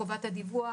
חובת הדיווח,